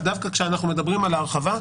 דווקא כשאנחנו מדברים על הרחבה,